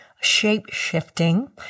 shape-shifting